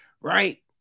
right